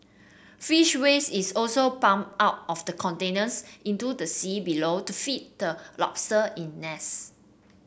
fish waste is also pumped out of the containers into the sea below to feed the lobster in nets